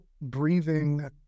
breathing